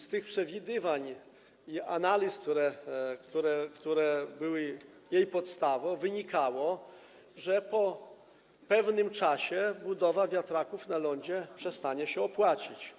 Z tych przewidywań i analiz, które były tu podstawą, wynikało, że po pewnym czasie budowa wiatraków na lądzie przestanie się opłacać.